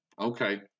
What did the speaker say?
Okay